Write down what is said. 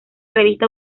revista